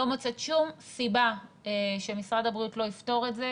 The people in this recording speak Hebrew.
לא מוצאת שום סיבה שמשרד הבריאות לא יפתור את זה,